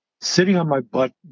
sitting-on-my-butt